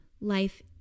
Life